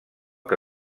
que